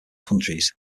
countries